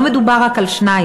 לא מדובר רק על שניים,